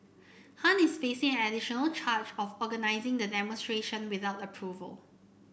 Han is facing an additional charge of organising the demonstration without approval